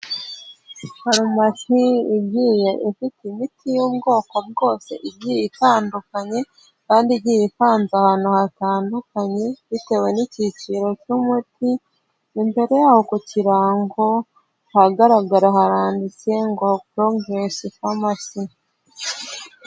Farumasi igiye ifite imiti y'ubwoko bwose igiye itandukanye kandi igiye ipanze ahantu hatandukanye bitewe n'icyiciro cy'umuti, imbere y'aho ku kirango ahagaragara haranditse ngo progress pharmacy.